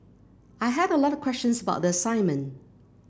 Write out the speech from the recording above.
I had a lot of questions about the assignment